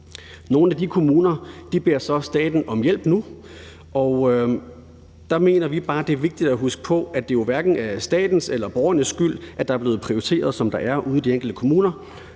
Nogle af de kommuner beder så staten om hjælp nu, og der mener vi bare, at det er vigtigt at huske på, at det jo hverken er statens eller borgernes skyld, at der er prioriteret, som der er, ude i de enkelte kommuner.